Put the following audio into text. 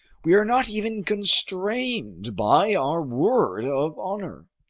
we are not even constrained by our word of honor.